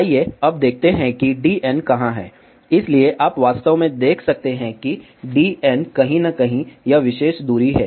आइए अब देखते हैं कि dn कहां है इसलिए आप वास्तव में देख सकते हैं कि dn कहीं न कहीं यह विशेष दूरी है